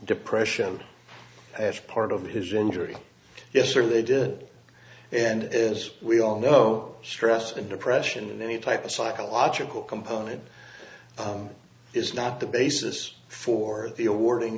depression as part of his injury yes or they did and as we all know stress and depression and any type of psychological component is not the basis for the awarding